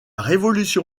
révolution